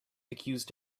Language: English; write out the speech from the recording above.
accused